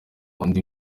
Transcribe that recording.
undi